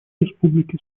республики